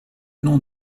nom